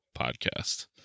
podcast